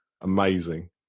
Amazing